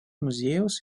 muziejaus